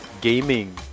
gaming